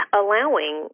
allowing